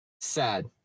Sad